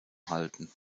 halten